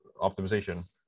optimization